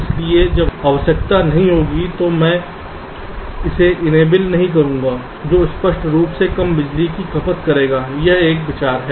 इसलिए जब आवश्यकता नहीं होगी तो मैं इसे इनेबल नहीं करूंगा जो स्पष्ट रूप से कम बिजली की खपत करेगा यह विचार है